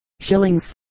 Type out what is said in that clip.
shillings